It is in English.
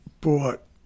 bought